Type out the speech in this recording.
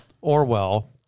Orwell